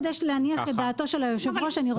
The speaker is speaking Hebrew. כדי להניח את דעתו של היושב ראש, אני רוצה להסביר.